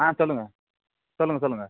ஆ சொல்லுங்கள் சொல்லுங்கள் சொல்லுங்கள்